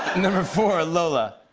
number four lola.